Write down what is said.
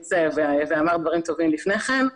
שהמליץ ואמר דברים טובים לפני כן,